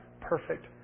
perfect